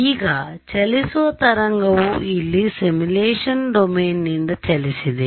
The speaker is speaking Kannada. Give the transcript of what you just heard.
ಈಗ ಚಲಿಸುವಸುವ ತರಂಗವು ಇಲ್ಲಿ ಸಿಮ್ಯುಲೇಶನ್ ಡೊಮೇನ್ನಿಂದ ಚಲಿಸಿದೆ